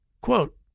Quote